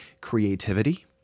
creativity